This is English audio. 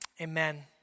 amen